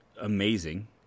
amazing